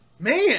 Man